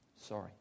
Sorry